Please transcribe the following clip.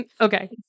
okay